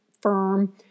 firm